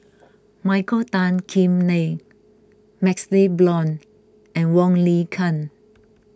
Michael Tan Kim Nei MaxLe Blond and Wong Lin Ken